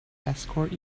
escort